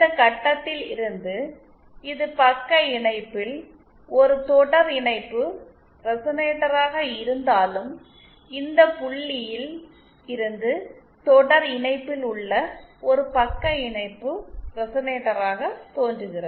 இந்த கட்டத்தில் இருந்து இது பக்க இணைப்பில் ஒரு தொடர் இணைப்பு ரெசனேட்டராக இருந்தாலும் இந்த புள்ளியில் இருந்து தொடர் இணைப்பில் உள்ள ஒரு பக்க இணைப்பு ரெசனேட்டராக தோன்றுகிறது